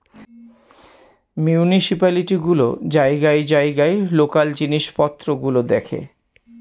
municipality গুলো জায়গায় জায়গায় লোকাল জিনিস পত্র গুলো দেখে